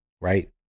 right